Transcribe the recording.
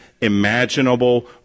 imaginable